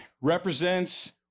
represents